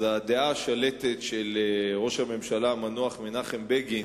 הדעה השלטת של ראש הממשלה המנוח מנחם בגין